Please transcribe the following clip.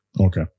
okay